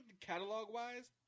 catalog-wise